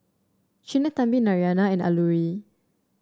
Sinnathamby Narayana and Alluri